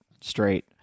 straight